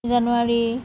January